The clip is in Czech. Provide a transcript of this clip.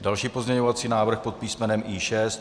Další pozměňovací návrh pod písmenem I6.